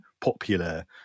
popular